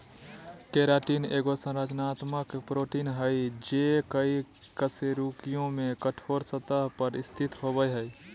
keratin एगो संरचनात्मक protein हइ जे कई कशेरुकियों में कठोर सतह पर स्थित होबो हइ